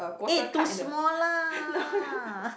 eight too small lah